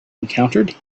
encountered